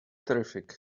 terrific